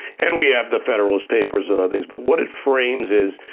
and we have the federalist papers and other things, but what it frames is,